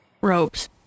ropes